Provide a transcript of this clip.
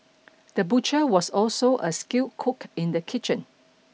the butcher was also a skilled cook in the kitchen